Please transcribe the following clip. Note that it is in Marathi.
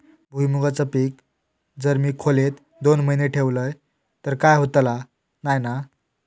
भुईमूगाचा पीक जर मी खोलेत दोन महिने ठेवलंय तर काय होतला नाय ना?